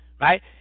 Right